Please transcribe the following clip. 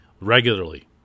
regularly